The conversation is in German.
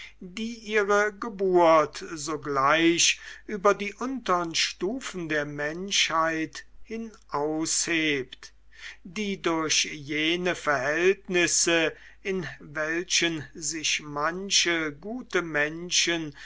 die ihre geburt sogleich über die untern stufen der menschheit hinaushebt die durch jene verhältnisse in welchen sich manche gute menschen